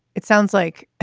it sounds like